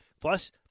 Plus